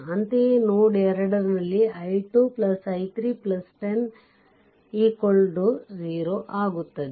ಅಂತೆಯೇ ನೋಡ್ 2 ನಲ್ಲಿ i2 i3 10 0 ಆಗುತ್ತದೆ